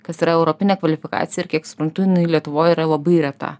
kas yra europinė kvalifikacija ir kiek suprantu lietuvoj yra labai reta